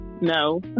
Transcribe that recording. No